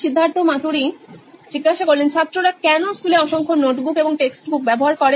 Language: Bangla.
Siddharth Maturi C E O নইন ইলেকট্রনিক্স ছাত্ররা কেন স্কুলে অসংখ্য নোটবুক এবং টেক্সটবুক ব্যবহার করে